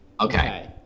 Okay